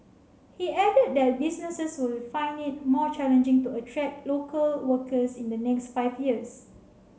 he added that businesses will find it more challenging to attract local workers in the next five years